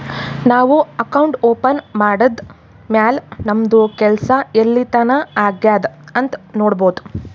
ನಾವು account open ಮಾಡದ್ದ್ ಮ್ಯಾಲ್ ನಮ್ದು ಕೆಲ್ಸಾ ಎಲ್ಲಿತನಾ ಆಗ್ಯಾದ್ ಅಂತ್ ನೊಡ್ಬೋದ್